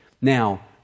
Now